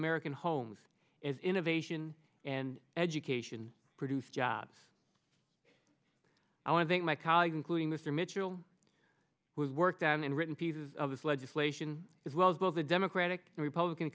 american homes is innovation and education produce jobs i want to thank my colleagues including this year mitchell who has worked on and written pieces of this legislation as well as both the democratic and republican